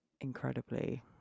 incredibly